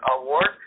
award